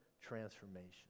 transformation